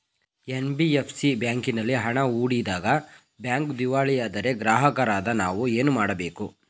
NBFC ಬ್ಯಾಂಕಿನಲ್ಲಿ ಹಣ ಹೂಡಿದಾಗ ಬ್ಯಾಂಕ್ ದಿವಾಳಿಯಾದರೆ ಗ್ರಾಹಕರಾದ ನಾವು ಏನು ಮಾಡಬೇಕು?